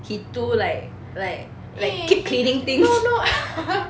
he too like like like keep cleaning things